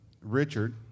Richard